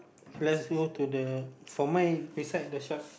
let's go to the for mine beside the shop